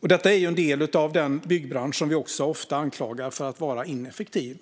Detta är en del av den byggbransch som vi också ofta anklagar för att vara ineffektiv.